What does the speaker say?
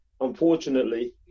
unfortunately